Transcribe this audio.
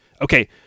Okay